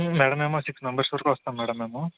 madam మేము six members వరకు వస్తాం మేడం మేము